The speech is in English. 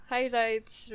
Highlights